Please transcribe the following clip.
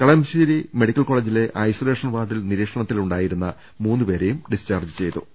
Kalamassery medical കോളേജിലെ isolation വാർഡിൽ നിരീക്ഷ ണത്തിലുണ്ടായിരുന്ന മൂന്നുപേരെയും ഡിസ്ചാർജ്ജ് ചെയ്തിട്ടുണ്ട്